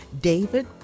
David